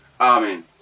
Amen